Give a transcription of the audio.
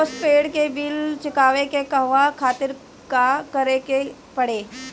Postpaid के bill चुकावे के कहवा खातिर का करे के पड़ें ला?